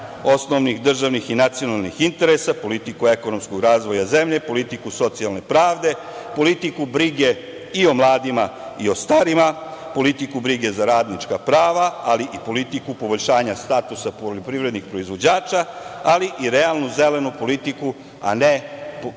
osnovnih državnih i nacionalnih interesa, politiku ekonomskog razvoja zemlje, politiku socijalne pravde, politiku brige i o mladima, i o starima, politiku brige za radnička prava, ali i politiku poboljšanja statusa poljoprivrednih proizvođača, ali i realnu zelenu politiku, a ne ekološku